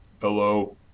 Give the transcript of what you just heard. Hello